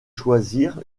choisir